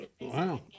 wow